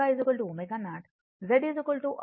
ఎందుకంటే ఆ సమయంలో XLXC ఆ సమయంలో ωω0 Z R